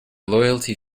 loyalty